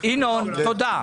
ינון, תודה.